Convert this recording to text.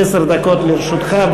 עשר דקות לרשותך.